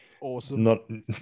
Awesome